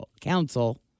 Council